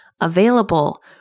available